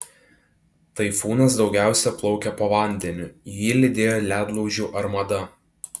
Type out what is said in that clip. taifūnas daugiausia plaukė po vandeniu jį lydėjo ledlaužių armada